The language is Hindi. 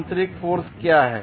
आंतरिक फोर्स क्या है